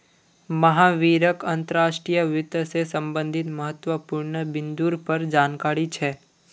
महावीरक अंतर्राष्ट्रीय वित्त से संबंधित महत्वपूर्ण बिन्दुर पर जानकारी छे